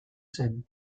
zen